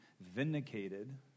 vindicated